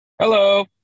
hello